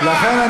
לכן,